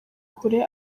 kure